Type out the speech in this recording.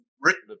written